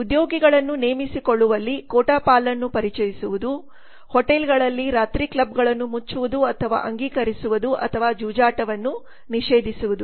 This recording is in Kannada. ಉದ್ಯೋಗಿಗಳನ್ನು ನೇಮಿಸಿಕೊಳ್ಳುವಲ್ಲಿ ಕೋಟಾಪಾಲನ್ನು ಪರಿಚಯಿಸುವುದು ಹೋಟೆಲ್ಗಳಲ್ಲಿ ರಾತ್ರಿ ಕ್ಲಬ್ಗಳನ್ನು ಮುಚ್ಚುವುದು ಅಥವಾ ಅಂಗೀಕರಿಸುವುದು ಅಥವಾ ಜೂಜಾಟವನ್ನು ನಿಷೇಧಿಸುವುದು